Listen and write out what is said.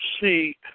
see